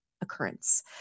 occurrence